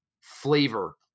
flavor